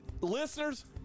Listeners